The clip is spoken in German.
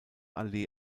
allee